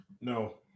No